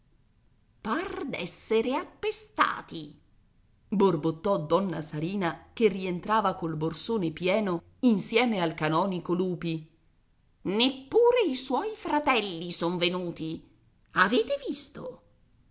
par d'essere appestati borbottò donna sarina che rientrava col borsone pieno insieme al canonico lupi neppure i suoi fratelli son venuti avete visto